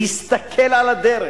להסתכל על הדרך,